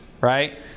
Right